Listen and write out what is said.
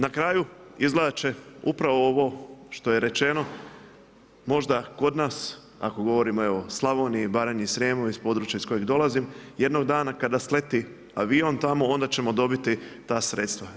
Na kraju izvlače upravo ovo što je rečeno, možda kod nas ako govorimo evo Slavoniji, Baranji, Srijemu, iz područja iz kojeg dolazim, jednog dana kada sleti avion tamo, onda ćemo dobiti ta sredstva.